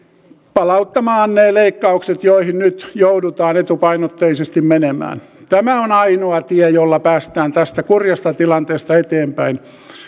palauttamaan ne leikkaukset joihin nyt joudutaan etupainotteisesti menemään tämä on ainoa tie jolla päästään tästä kurjasta tilanteesta eteenpäin